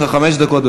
יש לך חמש דקות.